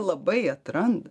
labai atranda